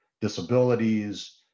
disabilities